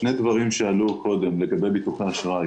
שני דברים שעלו קודם, לגבי ביטוחי אשראי